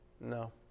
No